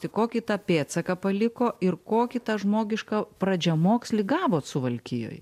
tai kokį tą pėdsaką paliko ir kokį tą žmogišką pradžiamokslį gavot suvalkijoj